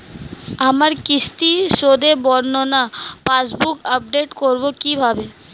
আমার কিস্তি শোধে বর্ণনা পাসবুক আপডেট করব কিভাবে?